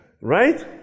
Right